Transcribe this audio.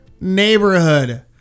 neighborhood